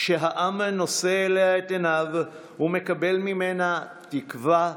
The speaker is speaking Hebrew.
שהעם נושא אליה את עיניו ומקבל ממנה תקווה,